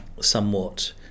somewhat